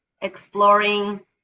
exploring